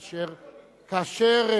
כאשר,